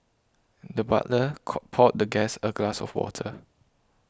the butler co poured the guest a glass of water